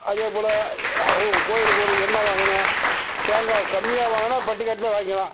அதேபோல் கோவிலுக்கு ஒரு எண்ணை வாங்கணும் தேங்காய் கம்மியாக வாங்கினா பட்டிக்காட்டில் வாங்கிக்கலாம்